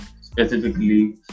specifically